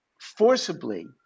forcibly